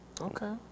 Okay